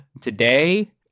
today